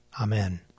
Amen